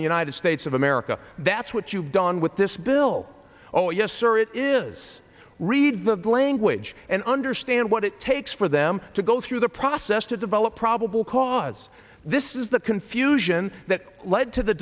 code the united states of america that's what you've done with this bill oh yes sir it is read the language and understand what it takes for them to go through the process to develop probable cause this is the confusion that led to the